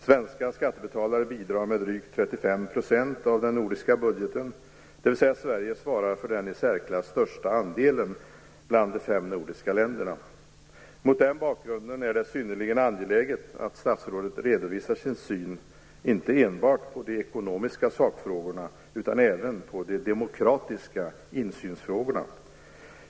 Svenska skattebetalare bidrar med drygt 35 % av den nordiska budgeten, dvs. Sverige svarar för den i särklass största andelen bland de fem nordiska länderna. Mot den bakgrunden är det synnerligen angeläget att statsrådet redovisar sin syn inte enbart på de ekonomiska sakfrågorna utan även på frågorna om demokratisk insyn.